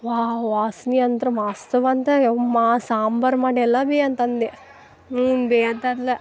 ವಾ ವಾಸ್ನೆ ಅಂದ್ರೆ ವಾಸ್ತವಂತ ಯಮ್ಮಾ ಸಾಂಬರು ಮಾಡಿ ಎಲ್ಲಾ ಬಿ ಅಂತಂದೆ ಹೂನ್ ಬಿ ಅಂತಂದ್ಲು